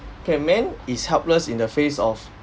K man is helpless in the face of